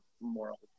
moral